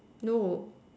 no